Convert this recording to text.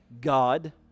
God